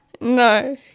No